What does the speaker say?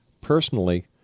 personally